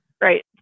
Right